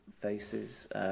faces